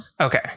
Okay